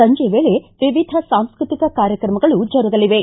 ಸಂಜೆ ವೇಳೆ ವಿವಿಧ ಸಾಂಸ್ಟ್ರತಿಕ ಕಾರ್ಯಕ್ರಮಗಳು ಜರುಗಲಿವೆ